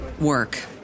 work